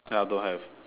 ya don't have